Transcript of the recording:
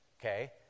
okay